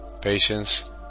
Patience